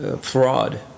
fraud